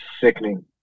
sickening